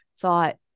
thought